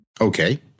Okay